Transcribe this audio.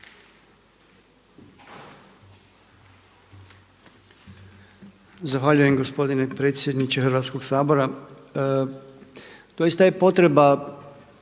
Zahvaljujem gospodine predsjedniče Hrvatskoga sabora. Doista je potreba